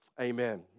Amen